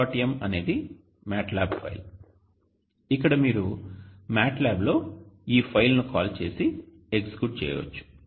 m అనేది MATLAB file ఇక్కడ మీరు MATLAB లో ఈ ఫైల్ ను కాల్ చేసి ఎగ్జిక్యూట్ చేయవచ్చు